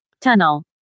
tunnel